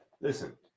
listen